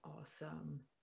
Awesome